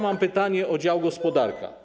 Mam pytanie o dział: gospodarka.